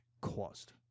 caused